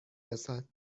رسد